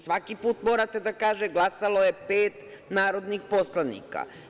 Svaki put morate da kažete – glasalo je pet narodnih poslanika.